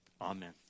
Amen